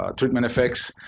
ah treatment effects.